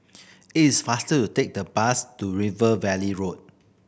it is faster to take the bus to River Valley Road